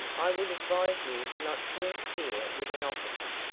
i would advise you not to interfere with an officer.